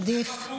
עדיף.